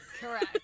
correct